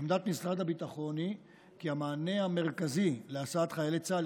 עמדת משרד הביטחון היא כי המענה המרכזי להסעת חיילי צה"ל